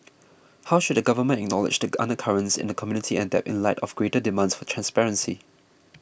how should the government acknowledge take undercurrents in the community and adapt in light of greater demands for transparency